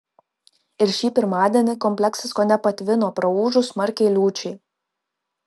ir šį pirmadienį kompleksas kone patvino praūžus smarkiai liūčiai